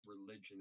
religion